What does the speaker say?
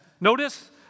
Notice